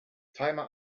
timer